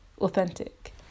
authentic